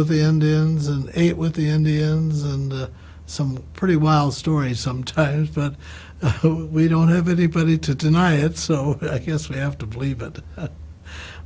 with the end ins and ate with the indians and some pretty wild stories sometimes but we don't have anybody to deny it so i guess we have to believe it